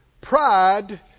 Pride